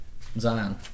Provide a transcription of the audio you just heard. Zion